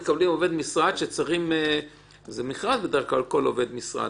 מכרז זה לגבי כל עובד משרד.